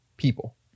people